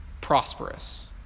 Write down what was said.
prosperous